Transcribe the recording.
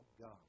God